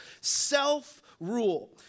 self-rule